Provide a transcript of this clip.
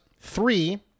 three